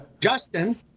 justin